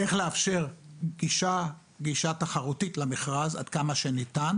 איך לאפשר גישה תחרותית למכרז עד כמה שניתן